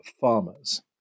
farmers